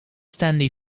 stanley